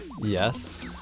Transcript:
Yes